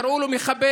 קראו לו מחבל,